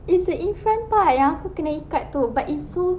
it's the in front part yang aku kena ikat tu but it's so